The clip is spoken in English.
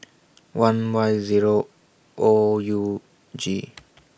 one Y Zero O U G